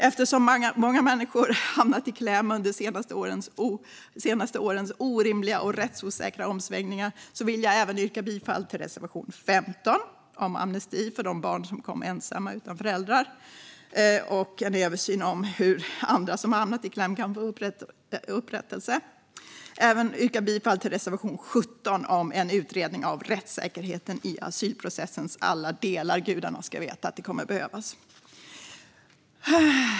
Eftersom många människor har hamnat i kläm under de senaste årens orimliga och rättsosäkra omsvängningar vill jag även yrka bifall till reservation 15, om amnesti för de barn som kom ensamma utan föräldrar och en översyn av hur andra som har hamnat i kläm kan få upprättelse. Jag vill dessutom yrka bifall till reservation 17, om en utredning av rättssäkerheten i asylprocessens alla delar - gudarna ska veta att detta kommer att behövas.